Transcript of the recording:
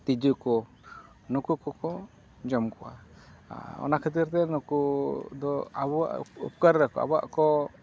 ᱛᱤᱡᱩ ᱠᱚ ᱱᱩᱠᱩ ᱠᱚᱠᱚ ᱡᱚᱢ ᱠᱚᱣᱟ ᱟᱨ ᱚᱱᱟ ᱠᱷᱟᱹᱛᱤᱨ ᱛᱮ ᱱᱩᱠᱩ ᱫᱚ ᱟᱵᱚᱣᱟᱜ ᱩᱯᱠᱟᱹᱨ ᱮᱫᱟᱠᱚ ᱟᱵᱚᱣᱟᱜ ᱠᱚ